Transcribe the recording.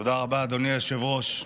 תודה רבה, אדוני היושב-ראש.